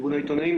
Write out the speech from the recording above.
יאיר.